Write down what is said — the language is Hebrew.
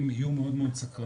להט"בים, יהיו מאוד סקרנים,